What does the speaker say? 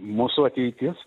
mūsų ateitis